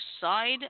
Side